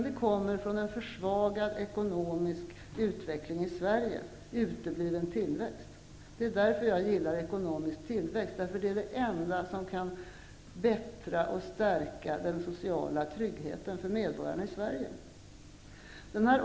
De kommer från en försvagad ekonomisk utveckling i Sverige och utebliven tillväxt. Det är därför jag gillar ekonomisk tillväxt. Det är det enda som kan förbättra och stärka den sociala tryggheten för medborgarna i Sverige.